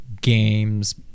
games